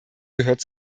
gehört